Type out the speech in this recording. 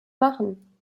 machen